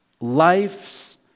life's